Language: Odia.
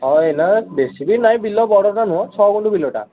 ହଁ ଏଇନା ବେଶି ବି ନାହିଁ ବିଲ ବଡ଼ଟା ନୁହେଁ ଛଅ ଗୁଣ୍ଠ ବିଲଟା